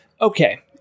Okay